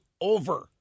over